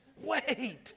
Wait